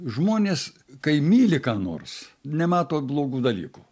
žmonės kai myli ką nors nemato blogų dalykų